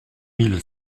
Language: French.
mille